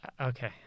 Okay